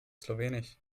slowenisch